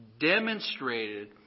demonstrated